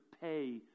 pay